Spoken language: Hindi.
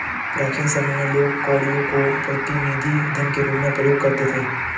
प्राचीन समय में लोग कौड़ियों को प्रतिनिधि धन के रूप में प्रयोग करते थे